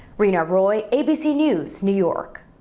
reena roy abc news, new york.